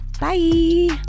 Bye